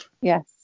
Yes